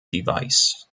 device